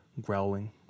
growling